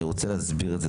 אני רוצה להסביר את זה,